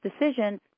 decision